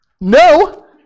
no